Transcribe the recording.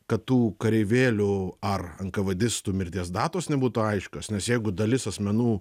kad tų kareivėlių ar enkavedistų mirties datos nebūtų aiškios nes jeigu dalis asmenų